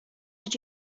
did